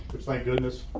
which thank goodness,